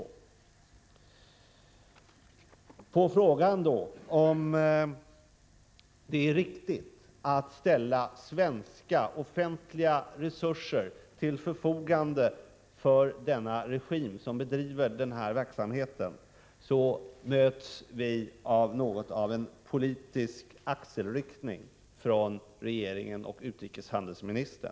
När det gäller frågan om det är riktigt att ställa svenska offentliga resurser till förfogande för den regim som bedriver den här verksamheten, möts vi av låt mig säga en politisk axelryckning från regeringen och utrikeshandelsministern.